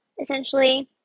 essentially